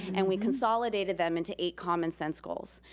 and we consolidated them into eight common-sense goals.